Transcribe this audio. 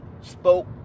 spoke